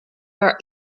our